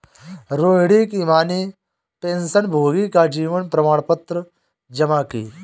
रोहिणी की माँ ने पेंशनभोगी का जीवन प्रमाण पत्र जमा की